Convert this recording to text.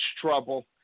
trouble